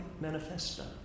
manifesto